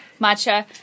matcha